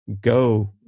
go